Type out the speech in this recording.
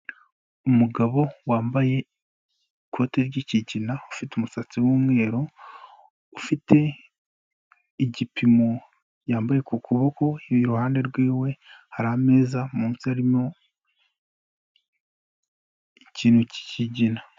Umugabo wambaye ikoti ry'ikigina, ufite umusatsi w'umweru, ufite igipimo, yambaye ku kuboko, iruhande rwiwe hari ameza munsi arimo ikintu k'ikigina.